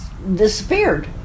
disappeared